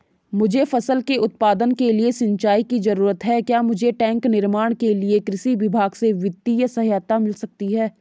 मुझे फसल के उत्पादन के लिए सिंचाई की जरूरत है क्या मुझे टैंक निर्माण के लिए कृषि विभाग से वित्तीय सहायता मिल सकती है?